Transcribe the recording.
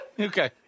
Okay